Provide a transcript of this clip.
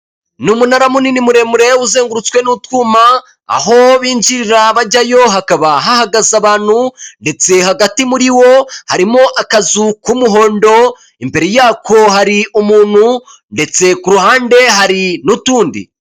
Ni umunara munini muremure, uzengurutswe n'utwuma, aho binjirira bajyayo hakaba hahagaze abantu, ndetse hagati muri wo, harimo akazu k'umuhondo, imbere yako hari umuntu, ndetse ku ruhande hari n'utundi.